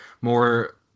More